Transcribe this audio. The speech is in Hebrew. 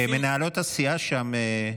מנהלות הסיעה שם,